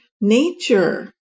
nature